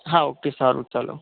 હા ઓકે સારું ચાલો